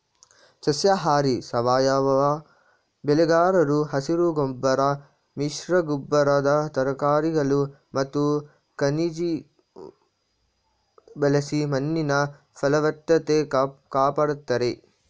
ಸಸ್ಯಾಹಾರಿ ಸಾವಯವ ಬೆಳೆಗಾರರು ಹಸಿರುಗೊಬ್ಬರ ಮಿಶ್ರಗೊಬ್ಬರದ ತರಕಾರಿಗಳು ಮತ್ತು ಖನಿಜ ಬಳಸಿ ಮಣ್ಣಿನ ಫಲವತ್ತತೆ ಕಾಪಡ್ತಾರೆ